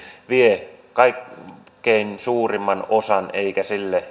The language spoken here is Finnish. vievät kaikkein suurimman osan eikä sille